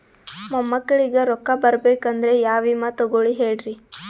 ಮೊಮ್ಮಕ್ಕಳಿಗ ರೊಕ್ಕ ಬರಬೇಕಂದ್ರ ಯಾ ವಿಮಾ ತೊಗೊಳಿ ಹೇಳ್ರಿ?